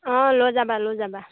অঁ লৈ যাবা লৈ যাবা